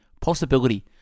possibility